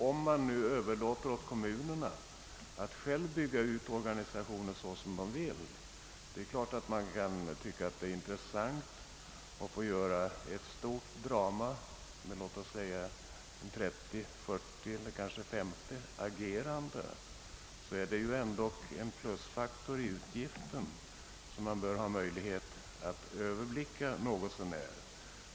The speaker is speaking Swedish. Om man nu överlåter åt kommunerna att själva bygga ut organisationen såsom de vill — det är klart att man kan tycka ati det är intressant att sätta upp ett stort drama med låt säga 30, 40 eller 50 agerande — så är det ju ändå ytterligare en utgift som man bör ha möjlighet att överblicka något så när.